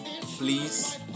please